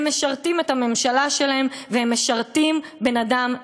הם משרתים את הממשלה שלהם והם משרתים בן-אדם אחד,